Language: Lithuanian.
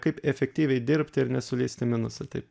kaip efektyviai dirbt ir nesulyst į minusą taip